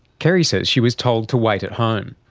kerrie says she was told to wait at home.